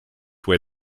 where